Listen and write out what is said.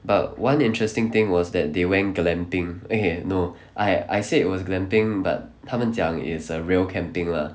but one interesting thing was that they were glamping okay no I I said it was glamping but 他们讲 is err real camping lah